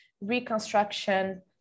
reconstruction